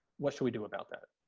what do we do about that?